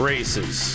Races